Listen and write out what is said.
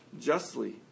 justly